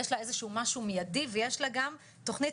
יש לה איזשהו משהו מידי ויש לה גם תוכנית